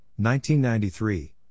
1993